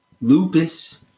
lupus